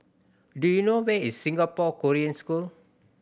do you know where is Singapore Korean School